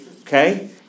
Okay